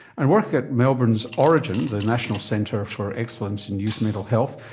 and work at melbourne's orygen, the national centre for excellence in youth mental health,